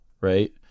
right